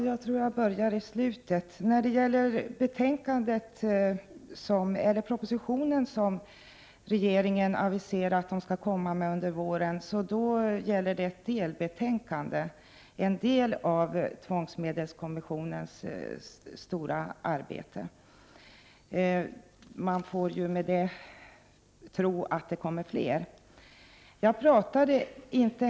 Fru talman! Den proposition som har aviserats från regeringen är ett delbetänkande, dvs. en del av tvångsmedelskommitténs stora arbete. Man får ju hoppas att det kommer att läggas fram fler delbetänkanden.